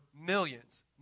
millions